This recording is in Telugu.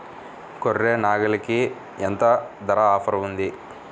గొర్రె, నాగలికి ఎంత ధర ఆఫర్ ఉంది?